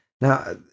Now